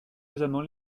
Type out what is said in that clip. pesamment